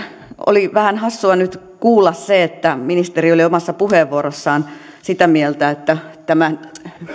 oli vähän hassua nyt kuulla se että ministeri oli omassa puheenvuorossaan sitä mieltä että